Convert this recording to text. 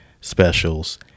specials